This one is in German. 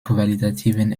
qualitativen